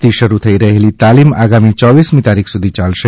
આજથી શરૂ થઈ રહેલી તાલિમ આગામી યોવીસમી તારીખ સુધી ચાલશે